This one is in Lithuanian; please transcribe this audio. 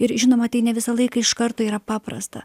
ir žinoma tai ne visą laiką iš karto yra paprasta